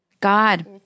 God